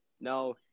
No